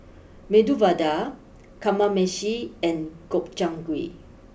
Medu Vada Kamameshi and Gobchang Gui